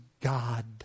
God